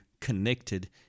connected